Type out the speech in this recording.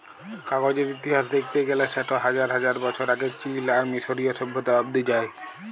কাগজের ইতিহাস দ্যাখতে গ্যালে সেট হাজার হাজার বছর আগে চীল আর মিশরীয় সভ্যতা অব্দি যায়